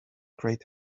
great